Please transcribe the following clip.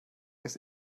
ist